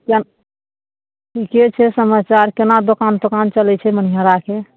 ठिके छै समाचार कोना दोकान तोकान चलै छै मनिहाराके